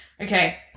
okay